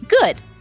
good